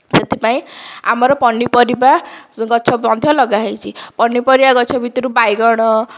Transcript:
ସେଥିପାଇଁ ଆମର ପନିପରିବା ଗଛ ମଧ୍ୟ ଲଗାହୋଇଛି ପନିପରିବା ଗଛ ମଧ୍ୟରୁ ବାଇଗଣ